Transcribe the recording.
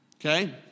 okay